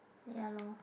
ya lor